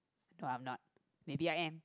no I'm not maybe I am